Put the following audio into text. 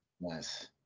Yes